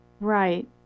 Right